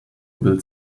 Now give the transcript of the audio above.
build